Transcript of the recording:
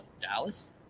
Dallas